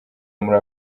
muri